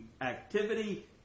activity